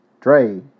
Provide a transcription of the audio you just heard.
Dre